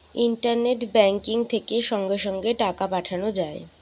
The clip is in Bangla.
ইন্টারনেট বেংকিং থেকে সঙ্গে সঙ্গে টাকা পাঠানো যায়